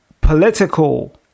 political